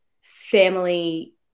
family